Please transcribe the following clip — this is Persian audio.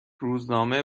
روزنامه